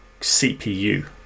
CPU